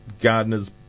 gardener's